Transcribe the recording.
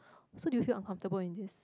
so do you feel uncomfortable in this